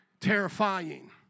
Terrifying